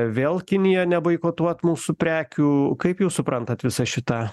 vėl kinija neboikotuot mūsų prekių kaip jūs suprantat visą šitą